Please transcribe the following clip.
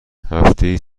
هفتهای